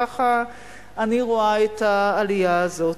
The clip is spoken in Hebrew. ככה אני רואה את העלייה הזאת.